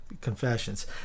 confessions